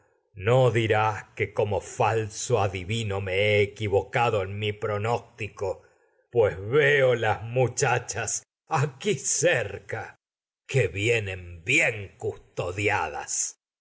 no dirás que falso veo adivino he equivocado en aquí cerca edipo mi pronóstico pues las muchachas que vienen bien custodiadas